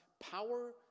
power